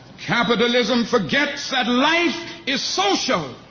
capitalism forgets that life is social.